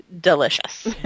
delicious